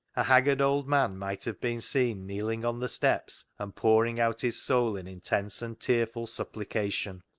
a haggard old man might have been seen kneeling on the steps and pouring out his soul in intense and tearful supplication.